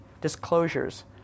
Disclosures